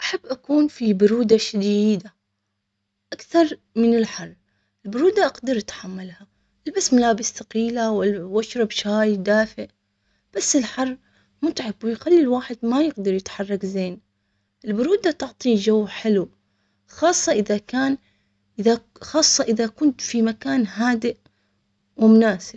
أحب أكون في برودة شديدة أكثر من الحر، البرودة، أقدر أتحملها، ألبس ملابس ثقيلة وأشرب شاي دافئ، بس الحر متعب، ويخلي الواحد ما يقدر يتحرك، زين البرودة تعطيه جو حلو خاصة إذا كان.